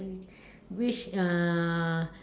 which uh